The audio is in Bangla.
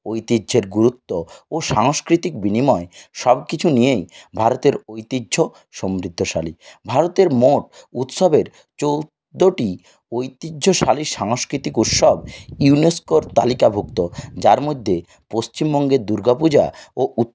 ঐতিহ্যের গুরুত্ব ও সাংস্কৃতিক বিনিময় সবকিছু নিয়েই ভারতের ঐতিহ্য সমৃদ্ধশালী ভারতের মোট উৎসবের চোদ্দোটি ঐতিহ্যশালী সাংস্কৃতিক উৎসব ইউনেস্কোর তালিকাভুক্ত যার মধ্যে পশ্চিমবঙ্গের দুর্গাপুজা ও